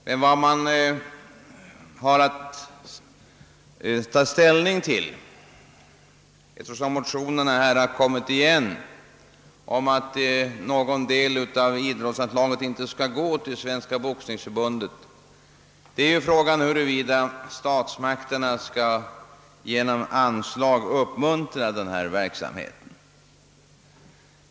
Men vad man har att ta ställning till är, eftersom motioner återigen har väckts om att inte någon del av idrottsanslaget skall gå till Svenska boxningsförbundet, frågan huruvida statsmakterna skall genom anslag uppmuntra denna verksamhet.